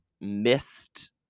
missed